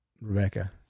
Rebecca